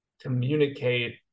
communicate